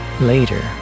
Later